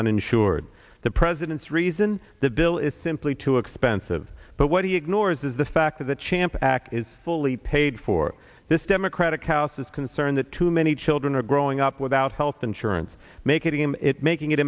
uninsured the president's reason the bill is simply too expensive but what he ignores is the fact that the champ act is fully paid for this democratic house is concerned that too many children are growing up without health insurance making him it making it